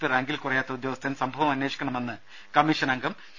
P റാങ്കിൽ കുറയാത്ത ഉദ്യോഗസ്ഥൻ സംഭവം അന്വേഷിക്കണമെന്ന് കമ്മീഷൻ അംഗം പി